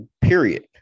period